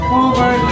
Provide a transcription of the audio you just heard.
over